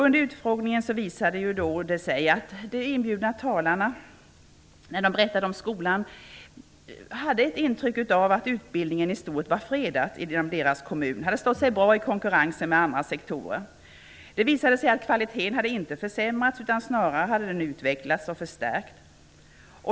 Under utfrågningen visade det sig att de inbjudna talarna hade ett intryck av att utbildningen i stort var fredad i deras respektive kommuner, att den hade stått sig bra i konkurrensen med andra sektorer. Det visade sig att kvaliteten inte hade försämrats, utan att den snarare hade utvecklats och förstärkts.